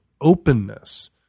openness